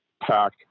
pack